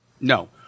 no